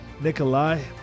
Nikolai